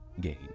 gain